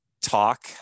talk